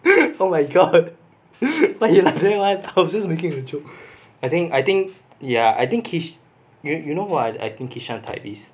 oh my god why you like that [one] I was just making a joke I think I think ya I think kishan you know what I think kishan type is